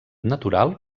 natural